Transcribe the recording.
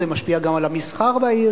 זה משפיע גם על המסחר בעיר,